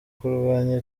kurwanya